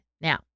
Now